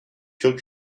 çok